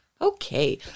Okay